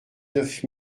neuf